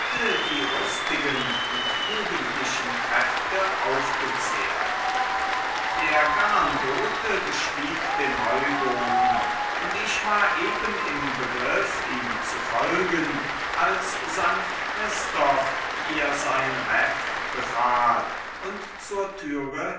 die rüstigen und jugendlichen kräfte aufgezehrt der garnbote bestieg den heuboden und ich war eben im begriff ihm zu folgen als st christoph mir sein reff befahl und zur türe